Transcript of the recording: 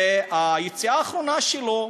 והיציאה האחרונה שלו: